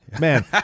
man